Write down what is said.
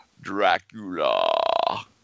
Dracula